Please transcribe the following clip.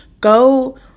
go